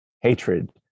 hatred